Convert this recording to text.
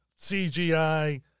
CGI